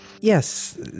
Yes